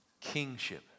Kingship